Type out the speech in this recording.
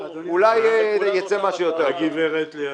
באמת אכן העברנו הערות.